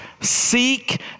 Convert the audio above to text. seek